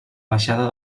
baixada